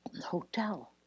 hotel